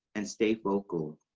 and stay vocal.